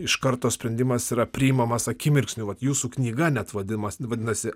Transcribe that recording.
iš karto sprendimas yra priimamas akimirksniu vat jūsų knyga net vadinamas vadinasi